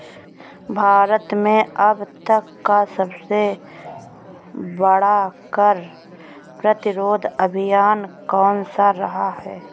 भारत में अब तक का सबसे बड़ा कर प्रतिरोध अभियान कौनसा रहा है?